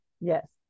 yes